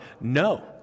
no